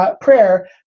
prayer